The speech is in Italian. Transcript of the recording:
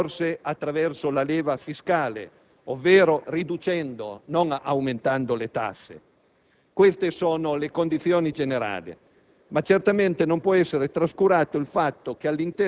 e soprattutto fornendo loro maggiori risorse attraverso la leva fiscale, ovvero riducendo e non aumentando le tasse. Queste sono le condizioni generali,